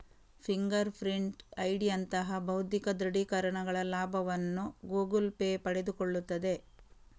finger print ಐಡಿಯಂತಹ ಭೌತಿಕ ದೃಢೀಕರಣಗಳ ಲಾಭವನ್ನು ಗೂಗಲ್ ಪೇ ಪಡೆದುಕೊಳ್ಳುತ್ತದೆ